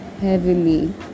heavily